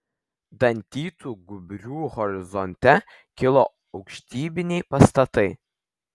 dantytu gūbriu horizonte kilo aukštybiniai pastatai